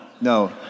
No